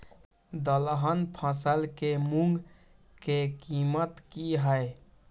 दलहन फसल के मूँग के कीमत की हय?